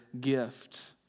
gift